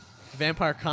Vampire